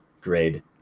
grade